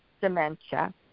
dementia